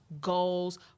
goals